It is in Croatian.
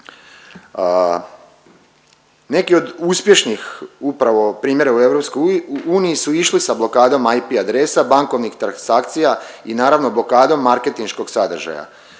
Neki od uspješnih upravo primjera u EU su išli sa blokadom IP adresa, bankovnih transakcija i naravno blokadom marketinškog sadržaja.